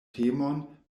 temon